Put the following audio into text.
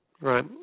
Right